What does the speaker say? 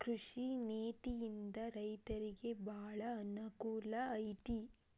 ಕೃಷಿ ನೇತಿಯಿಂದ ರೈತರಿಗೆ ಬಾಳ ಅನಕೂಲ ಐತಿ